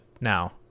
now